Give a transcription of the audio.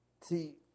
see